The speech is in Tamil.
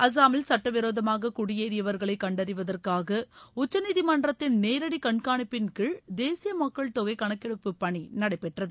அஸ்ஸாமில் சுட்டவிரோதமாக குடியேறியவர்களை கண்டறிவதற்காக உச்சநீதிமன்றத்தின் நேரடி கண்காணிப்பின் கீழ் தேசிய மக்கள் தொகை கணக்கெடுப்பு பணி நடைபெற்றது